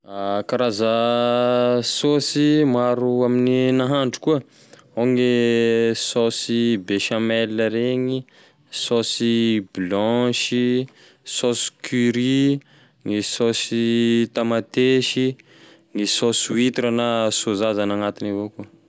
Karaza saosy maro amin'ny nahandro koa ao gne saosy bechamel regny, saosy blanchy, saosy curry, gne saosy tamatesy, gne saosy huitra na sôza zany agnatiny avao.